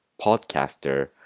podcaster